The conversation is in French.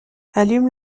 allume